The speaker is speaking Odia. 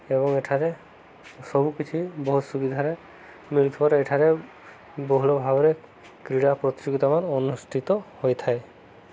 ଏବଂ ଏଠାରେ ସବୁକିଛି ବହୁତ ସୁବିଧାରେ ମିଳିୁଥିବାରୁ ଏଠାରେ ବହୁଲ ଭାବରେ କ୍ରୀଡ଼ା ପ୍ରତିଯୋଗିତାମାନ ଅନୁଷ୍ଠିତ ହୋଇଥାଏ